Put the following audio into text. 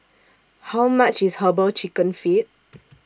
How much IS Herbal Chicken Feet